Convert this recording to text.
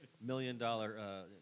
million-dollar